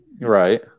right